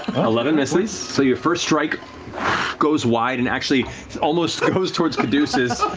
eleven misses. so your first strike goes wide, and actually almost goes towards caduceus.